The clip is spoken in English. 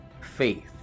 faith